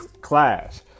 clash